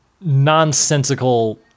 nonsensical